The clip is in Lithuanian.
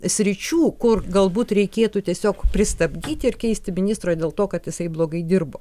sričių kur galbūt reikėtų tiesiog pristabdyti ir keisti ministrą dėl to kad jisai blogai dirbo